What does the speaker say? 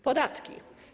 Podatki.